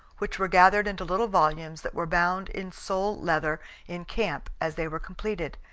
which were gathered into little volumes that were bound in sole leather in camp as they were completed.